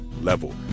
level